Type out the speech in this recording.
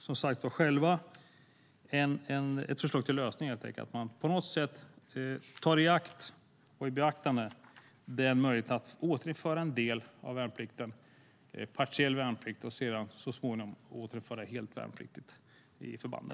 Vi har själva ett förslag till lösning, nämligen att man på något sätt tar i beaktande möjligheten att återinföra en partiell värnplikt och så småningom återinföra värnplikten helt i förbanden.